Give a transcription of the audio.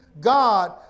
God